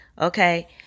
Okay